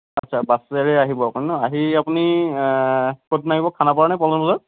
আচ্ছা বাছেৰে আহিব আপুনি ন আহি আপুনি ক'ত নামিব খানাপাৰা নে পল্টনবজাৰত